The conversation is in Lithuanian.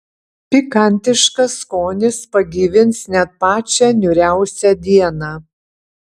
pikantiškas skonis pagyvins net pačią niūriausią dieną